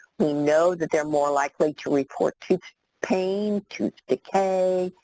we know that they're more likely to report tooth pain, tooth decay,